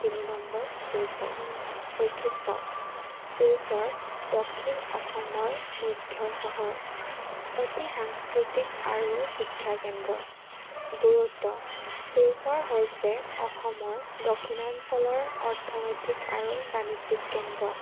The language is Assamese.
তিনি নম্বৰ শিলচৰ বৈশিষ্ট শিলচৰ দক্ষিণ অসমৰ মুখ্য চহৰ এটি সাংস্কৃতিক আৰু শিক্ষাকেন্দ্ৰ গুৰুত্ব শিলচৰ হৈছে অসমৰ দক্ষিণাঞ্চলৰ অৰ্থনৈতিক আৰু বাণিজ্যিক কেন্দ্ৰ